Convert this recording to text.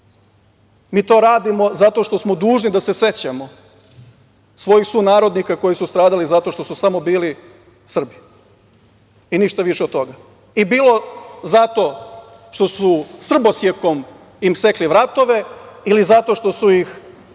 Mi to radimo zato što smo dužni da se sećamo svojih sunarodnika koji su stradali zato što su samo bili Srbi i ništa više od toga, i bilo zato što su srbosjekom im sekli vratove ili zato što su ih gurali